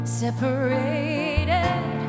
separated